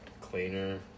cleaner